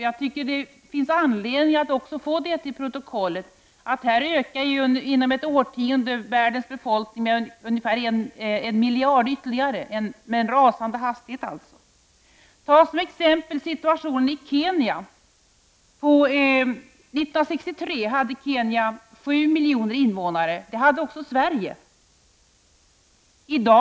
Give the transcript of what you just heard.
Jag tycker att det finns anledning att till protokollet få redovisat att världens befolkning inom ett årtionde ökar med ungefär en miljard ytterligare — alltså rasande snabbt. Låt oss ta som exempel situationen i Kenya. År 1963 hade Kenya 7 miljoner invånare. Det hade vi i Sverige också.